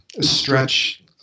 stretch